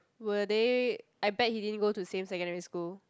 were they I bet he didn't go to same secondary school